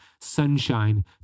sunshine